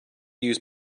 use